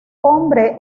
hombre